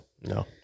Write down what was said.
No